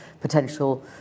potential